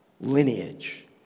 lineage